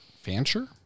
Fancher